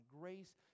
grace